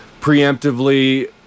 preemptively